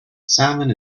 salmon